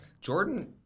Jordan